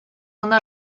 una